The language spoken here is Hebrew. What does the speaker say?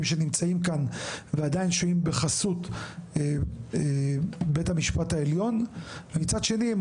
שנמצאים כאן ועדיין שוהים בחסות בית המשפט העליון ומצד שני הם